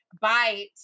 bite